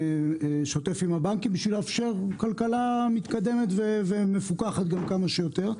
באופן שוטף עם הבנקים בשביל לאפשר כלכלה מתקדמת ומפוקחת גם כמה שיותר,